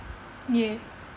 ya